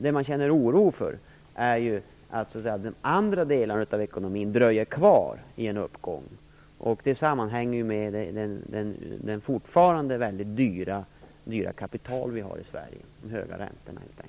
Det man känner oro för är att de andra delarna av ekonomin dröjer med en uppgång, och det sammanhänger med det fortfarande väldigt dyra kapital vi har i Sverige, dvs. de höga räntorna.